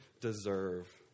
deserve